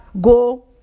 go